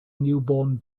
newborn